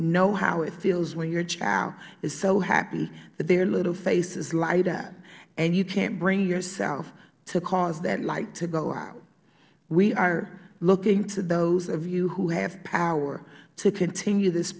know how it feels when your child is so happy that their little face lights up and you can't bring yourself to cause that light to go out we are looking to those of you who have power to continue this